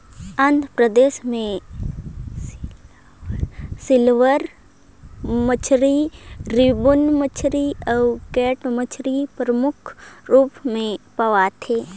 आंध्र परदेस में सिल्वर मछरी, रिबन मछरी अउ कैट मछरी परमुख रूप में पवाथे